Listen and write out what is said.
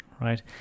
right